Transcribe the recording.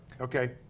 okay